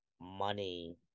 money